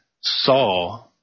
saw